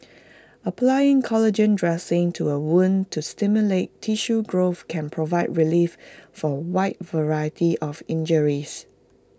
applying collagen dressings to A wound to stimulate tissue growth can provide relief for A wide variety of injuries